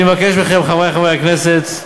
אני מבקש מכם, חברי חברי הכנסת,